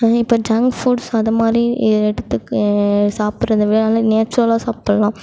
இப்போ junk foods அதுமாரி எடுத்துக்கு சாப்பிடுறத விட நேச்சுரலாக சாப்பிடலாம்